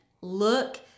Look